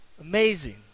amazing